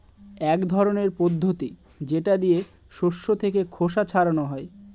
এক ধরনের পদ্ধতি যেটা দিয়ে শস্য থেকে খোসা ছাড়ানো হয়